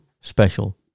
special